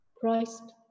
Christ